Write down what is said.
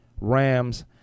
Rams